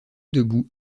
debout